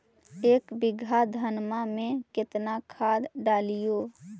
एक बीघा धन्मा में केतना खाद डालिए?